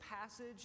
passage